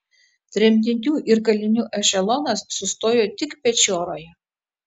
tremtinių ir kalinių ešelonas sustojo tik pečioroje